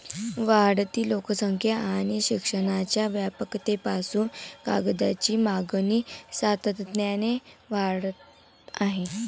वाढती लोकसंख्या आणि शिक्षणाच्या व्यापकतेपासून कागदाची मागणी सातत्याने वाढत आहे